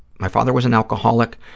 my father was an alcoholic,